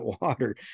water